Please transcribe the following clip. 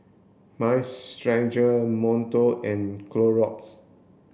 mind Stretcher Monto and Clorox